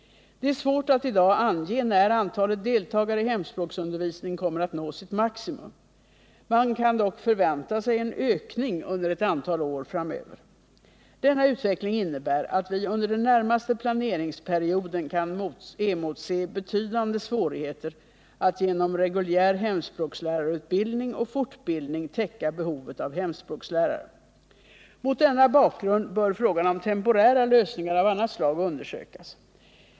Det är svårt att i dag ange när antalet deltagare i hemspråksundervisningen kommer att nå sitt maximum. Man kan dock förvänta sig en ökning under ett antal år framöver. Denna utveckling innebär att vi under den närmaste planeringsperioden kan emotse betydande svårigheter att genom reguljär hemspråkslärarutbildning och fortbildning täcka behovet av hemspråkslärare. Mot denna bakgrund bör frågan om temporära lösningar av annat slag undersökas.